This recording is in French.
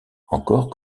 encore